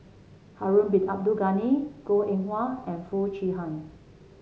Harun Bin Abdul Ghani Goh Eng Wah and Foo Chee Han